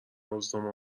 روزنامه